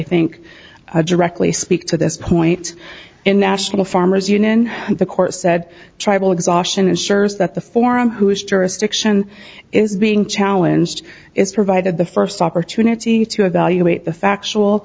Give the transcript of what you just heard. think directly speak to this point in national farmers union and the court said tribal exhaustion ensures that the forum whose jurisdiction is being challenged is provided the first opportunity to evaluate the factual